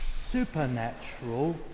Supernatural